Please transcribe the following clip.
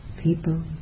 people